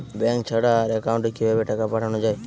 Bank ছাড়া আর কিভাবে একাউন্টে টাকা পাঠানো য়ায়?